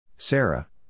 Sarah